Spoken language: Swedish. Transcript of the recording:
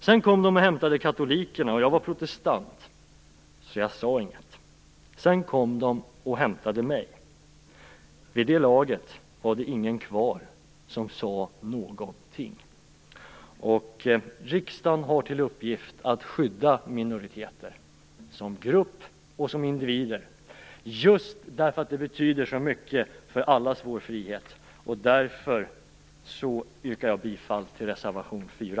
Sedan kom de och hämtade katolikerna, och jag var protestant, så jag sade inget. Sedan kom de och hämtade mig, och vid det laget var det ingen kvar som sade någonting. Riksdagen har till uppgift att skydda minoriteter som grupp och som individer just därför att det betyder så mycket för allas vår frihet. Därför yrkar jag bifall till reservation 4.